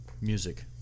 Music